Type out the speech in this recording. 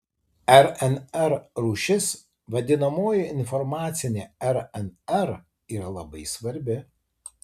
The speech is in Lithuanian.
rnr rūšis vadinamoji informacinė rnr yra labai svarbi